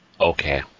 Okay